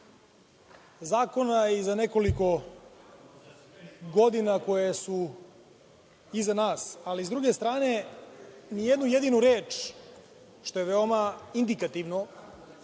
zakona i za nekoliko godina koje su iza nas, ali s druge strane, ni jednu jedinu reč, što je veoma indikativno,